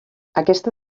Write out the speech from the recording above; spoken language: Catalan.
aquesta